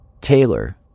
Taylor